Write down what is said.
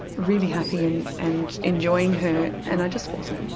really happy and and enjoying her and i just wasn't.